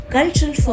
Cultural